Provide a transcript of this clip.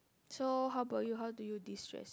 so how about you how do you distress